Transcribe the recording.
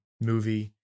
movie